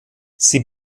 sie